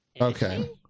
Okay